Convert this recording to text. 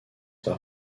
par